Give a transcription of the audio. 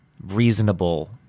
reasonable